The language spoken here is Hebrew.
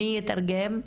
מי יתרגם?